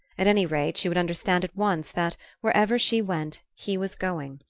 at any rate she would understand at once that, wherever she went, he was going.